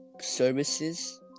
services